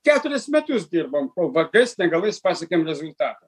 keturis metus dirbom kol vargais negalais pasiekėm rezultatą